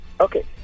Okay